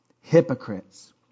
Hypocrites